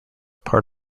part